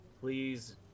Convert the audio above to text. please